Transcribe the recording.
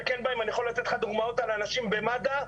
אני יכול לתת לך דוגמאות על אנשים במד"א,